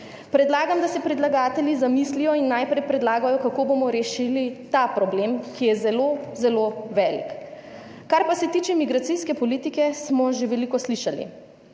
Predlagam, da se predlagatelji zamislijo in najprej predlagajo, kako bomo rešili ta problem, ki je zelo, zelo velik. Kar pa se tiče migracijske politike, smo že veliko slišali.